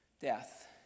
death